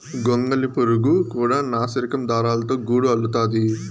గొంగళి పురుగు కూడా నాసిరకం దారాలతో గూడు అల్లుతాది